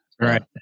Right